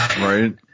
Right